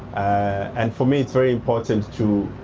and for me it's very important to